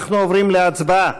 אנחנו עוברים להצבעה.